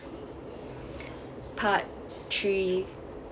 part three